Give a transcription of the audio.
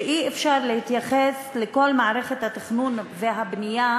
שאי-אפשר להתייחס לכל מערכת התכנון והבנייה